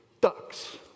ducks